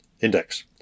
Index